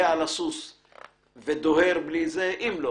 אני לא